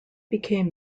became